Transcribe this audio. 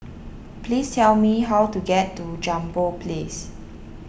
please tell me how to get to Jambol Place